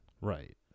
Right